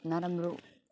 नराम्रो